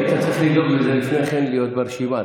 היית צריך לדאוג לזה לפני כן, להיות ברשימה.